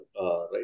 right